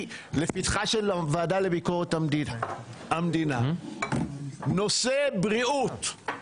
של הוועדה לביקורת המדינה נושא בריאות,